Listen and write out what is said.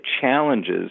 challenges